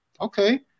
okay